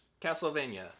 castlevania